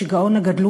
שיגעון הגדלות,